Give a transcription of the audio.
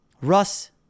Russ